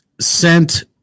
sent